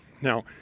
Now